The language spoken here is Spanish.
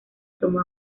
tomo